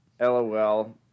LOL